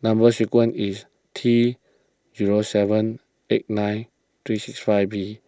Number Sequence is T zero seven eight nine three six five B